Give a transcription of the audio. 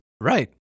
right